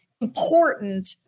important